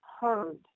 heard